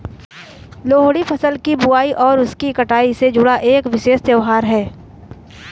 लोहड़ी फसल की बुआई और उसकी कटाई से जुड़ा एक विशेष त्यौहार है